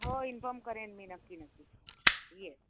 हो इन्फॉर्म करेन मी नक्की नक्की येस